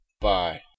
Bye